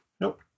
Nope